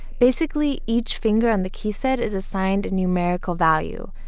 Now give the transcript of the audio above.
basically, each finger on the keyset is assigned a numerical value.